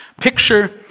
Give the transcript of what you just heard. picture